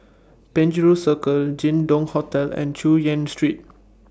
Penjuru Circle Jin Dong Hotel and Chu Yen Street